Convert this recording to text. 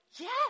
Yes